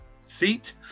Seat